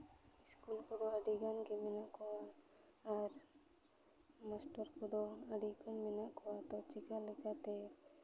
school ᱠᱚᱫᱚ ᱟᱹᱰᱤ ᱜᱟᱱ ᱜᱮ ᱢᱮᱱᱟᱜ ᱠᱚᱣᱟ ᱟᱨ ᱢᱟᱥᱴᱚᱨ ᱠᱚᱫᱚ ᱟᱹᱰᱤ ᱠᱚᱢ ᱢᱮᱱᱟᱜ ᱠᱚᱣᱟ ᱛᱚ ᱪᱤᱠᱟᱹ ᱞᱮᱠᱟᱛᱮ